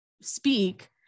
speak